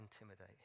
intimidate